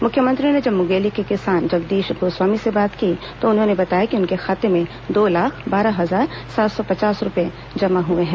मुख्यमंत्री ने जब मुंगेली के किसान जगदीश गोस्वामी से बात की तो उन्होंने बताया कि उनके खाते में दो लाख बारह हजार सात सौ पचास रूपये जमा हुए हैं